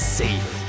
safe